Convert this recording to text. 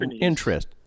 interest